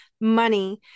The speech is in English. money